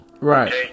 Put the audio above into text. right